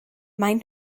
maen